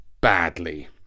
badly